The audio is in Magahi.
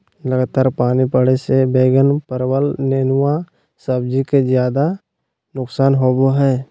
लगातार पानी पड़े से बैगन, परवल, नेनुआ सब्जी के ज्यादा नुकसान होबो हइ